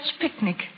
picnic